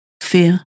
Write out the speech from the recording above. fear